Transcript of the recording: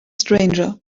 stranger